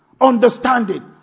understanding